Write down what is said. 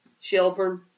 Shelburne